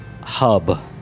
hub